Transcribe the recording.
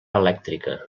elèctrica